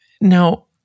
now